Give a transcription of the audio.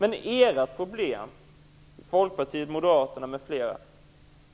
Men ert problem i Folkpartiet, Moderaterna m.fl.